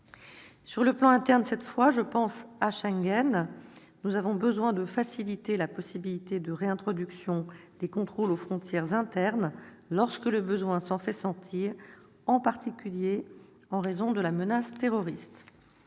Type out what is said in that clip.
Sur le plan interne- je pense à Schengen -, nous avons besoin de faciliter la possibilité de réintroduction des contrôles aux frontières internes lorsque le besoin s'en fait sentir, en particulier en raison de la menace terroriste.